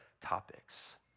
topics